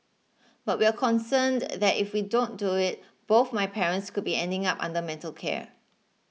but we're concerned that if we don't do it both my parents could be ending up under mental care